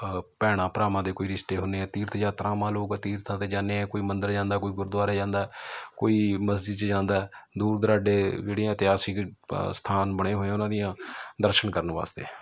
ਭੈਣਾਂ ਭਰਾਵਾਂ ਦੇ ਕੋਈ ਰਿਸ਼ਤੇ ਹੁੰਦੇ ਹੈ ਤੀਰਥ ਯਾਤਰਾਵਾਂ ਲੋਕ ਤੀਰਥਾਂ 'ਤੇ ਜਾਂਦੇ ਹੈ ਕੋਈ ਮੰਦਰ ਜਾਂਦਾ ਕੋਈ ਗੁਰਦੁਆਰੇ ਜਾਂਦਾ ਕੋਈ ਮਸਜਿਦ 'ਚ ਜਾਂਦਾ ਦੂਰ ਦੁਰਾਡੇ ਜਿਹੜੀਆਂ ਇਤਿਹਾਸਕ ਸਥਾਨ ਬਣੇ ਹੋਏ ਉਹਨਾਂ ਦੀਆਂ ਦਰਸ਼ਨ ਕਰਨ ਵਾਸਤੇ